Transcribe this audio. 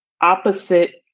opposite